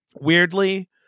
Weirdly